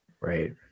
Right